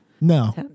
No